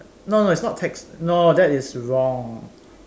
no no it's not tech no that is wrong